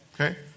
Okay